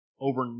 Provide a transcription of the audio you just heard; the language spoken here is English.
over